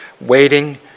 Waiting